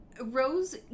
Rose